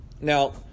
Now